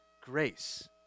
grace